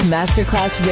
Masterclass